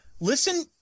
Listen –